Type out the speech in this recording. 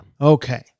Okay